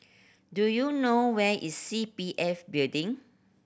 do you know where is C P F Building